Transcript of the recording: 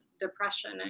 depression